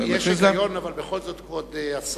כבוד השר,